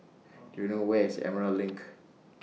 Do YOU know Where IS Emerald LINK